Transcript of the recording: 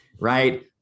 right